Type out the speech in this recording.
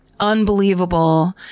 Unbelievable